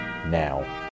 now